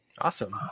Awesome